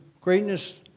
greatness